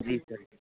जी sir